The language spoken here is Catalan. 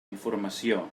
informació